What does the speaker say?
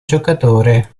giocatore